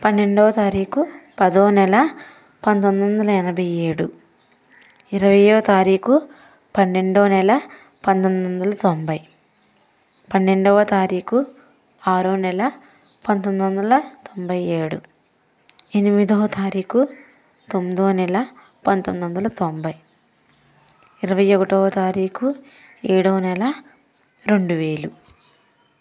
పన్నెండవ తారీకు పదో నెల పంతొమ్మిది వందల ఎనభై ఏడు ఇరవైవ తారీకు పన్నెండవ నెల పంతొమ్మిది వందల తొంభై పన్నెండవ తారీకు ఆరో నెల పంతొమ్మిది వందల తొంభై ఏడు ఎనిమిదవ తారీకు తొమ్మిదో నెల పంతొమ్మిది వందల తొంభై ఇరవై ఒకటివ తారీకు ఏడో నెల రెండు వేలు